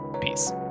Peace